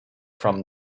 from